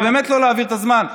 זה באמת לא להעביר את הזמן.